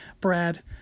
Brad